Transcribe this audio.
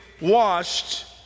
washed